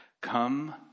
Come